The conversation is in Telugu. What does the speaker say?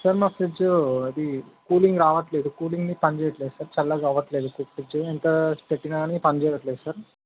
సార్ మా ఫ్రిడ్జు అది కూలింగ్ రావట్లేదు కూలింగ్ది పనిచేయట్లేదు సార్ చల్లగా అవ్వట్లేదు ఫ్రిడ్జు ఎంత పెట్టిన కానీ పనిచేయట్లేదు సార్